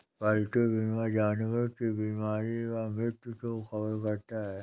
पालतू बीमा जानवर की बीमारी व मृत्यु को कवर करता है